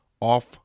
off